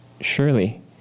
surely